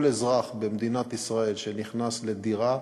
כל אזרח במדינת ישראל שנכנס לדירה,